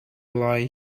lie